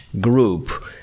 group